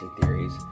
theories